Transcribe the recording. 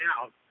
out